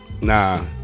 Nah